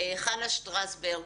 חנה שטרסברג,